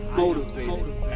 motivated